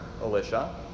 Alicia